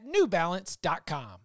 newbalance.com